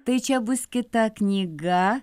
tai čia bus kita knyga